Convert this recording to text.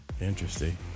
Interesting